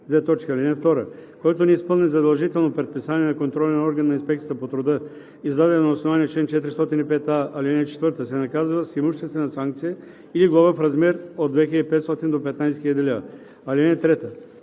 „(2) Който не изпълни задължително предписание на контролен орган на инспекцията по труда, издадено на основание чл. 405а, ал. 4, се наказва с имуществена санкция или глоба в размер от 2500 до 15 000 лв.